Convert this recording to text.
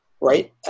right